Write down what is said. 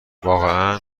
واقعا